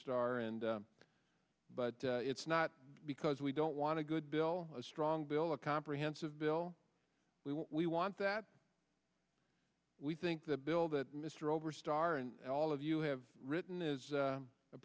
star and but it's not because we don't want to good bill a strong bill a comprehensive bill we want that we think the bill that mr over starr and all of you have written is